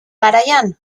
garaian